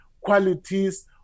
qualities